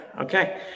okay